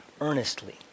earnestly